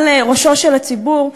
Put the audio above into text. מעל ראשו של הציבור,